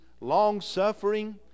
longsuffering